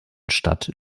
stadt